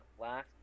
last